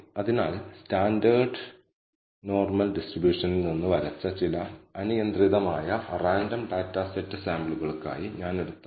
അതിനാൽ അളവും പ്രവചിച്ച മൂല്യവും തമ്മിലുള്ള ഈ ലംബ ദൂരത്തെ സം സ്ക്വയർ എററുകകളാണ് SSE yi ŷi2 എന്ന് വിളിക്കുന്നു t യിൽ ചരിവ് പാരാമീറ്ററുകൾ ഉൾപ്പെടുത്തിയാൽ ഇത് മൊത്തം പിശകാണ്